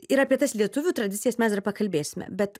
ir apie tas lietuvių tradicijas mes ir pakalbėsime bet